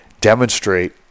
demonstrate